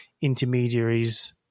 intermediaries